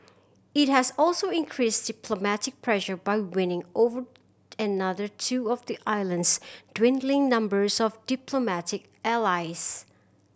it has also increased diplomatic pressure by winning over another two of the island's dwindling numbers of diplomatic allies